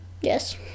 Yes